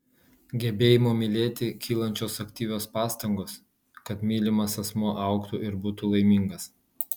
gebėjimo mylėti kylančios aktyvios pastangos kad mylimas asmuo augtų ir būtų laimingas